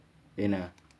என்ன:enna